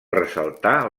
ressaltar